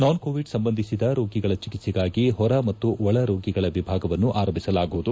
ನಾನ್ COVID ಸಂಬಂಧಿಸಿದ ರೋಗಿಗಳ ಚಿಕಿತ್ಸೆಗಾಗಿ ಹೊರ ಮತ್ತು ಒಳ ರೋಗಿಗಳ ವಿಭಾಗವನ್ನು ಆರಂಭಿಸಲಾಗುವುದು